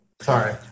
Sorry